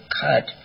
cut